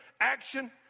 action